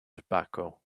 tobacco